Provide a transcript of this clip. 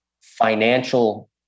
financial